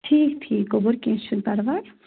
ٹھیٖک ٹھیٖک گوٚبُر کیٚنٛہہ چھُنہٕ پَرواے